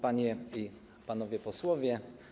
Panie i Panowie Posłowie!